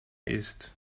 ist